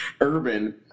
Urban